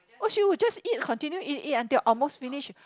oh she would just eat continue eat eat until almost finish